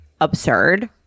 absurd